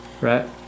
right